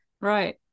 right